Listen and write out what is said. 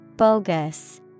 Bogus